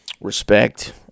respect